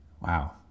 Wow